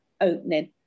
opening